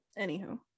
Anywho